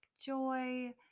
joy